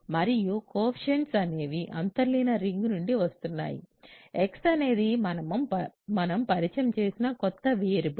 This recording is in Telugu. మరియు కోయెఫిషియంట్స్ అనేవి అంతర్లీన రింగ్ నుండి వస్తున్నాయి x అనేది మనము పరిచయం చేసిన కొత్త వేరియబుల్